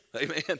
Amen